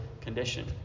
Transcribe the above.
condition